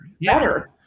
better